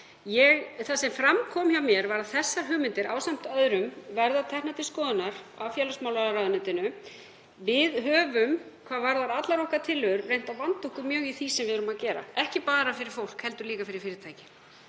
Það sem fram kom hjá mér var að þessar hugmyndir ásamt öðrum verða teknar til skoðunar af félagsmálaráðuneytinu. Við höfum hvað varðar allar okkar tillögur reynt að vanda okkur mjög í því sem við erum að gera, ekki bara fyrir fólk heldur líka fyrir fyrirtæki.